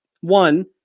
One